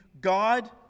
God